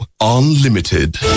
unlimited